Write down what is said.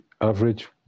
average